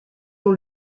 dans